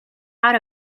out